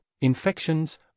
infections